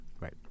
Right